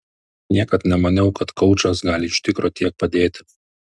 niekad nemaniau kad koučas gali iš tikro tiek padėti